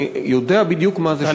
אני יודע בדיוק מה זה שעת שאילתות.